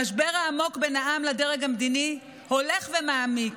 המשבר העמוק בין העם לדרג המדיני הולך ומעמיק.